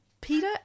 Peter